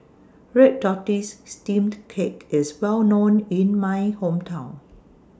Red Tortoise Steamed Cake IS Well known in My Hometown